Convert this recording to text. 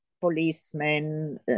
policemen